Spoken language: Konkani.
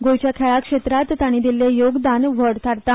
गोंयच्या खेळा क्षेत्रात ताणी दिल्ले योगदान व्हड थारता